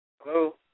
Hello